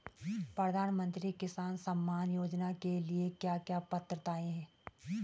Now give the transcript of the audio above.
प्रधानमंत्री किसान सम्मान योजना के लिए क्या क्या पात्रताऐं हैं?